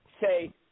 say